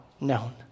known